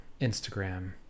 instagram